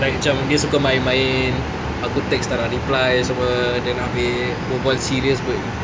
like macam dia suka main-main aku text tak nak reply semua then abeh berbual serious